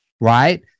right